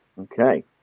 Okay